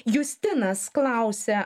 justinas klausia